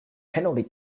penalty